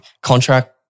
contract